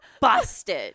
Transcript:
busted